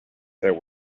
there